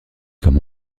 comme